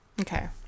Okay